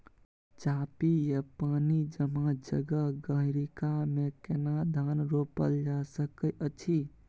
चापि या पानी जमा जगह, गहिरका मे केना धान रोपल जा सकै अछि?